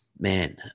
Man